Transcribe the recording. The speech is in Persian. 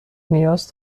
نیاز